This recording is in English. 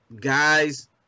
guys